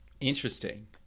interesting